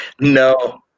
No